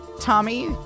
Tommy